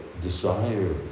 desire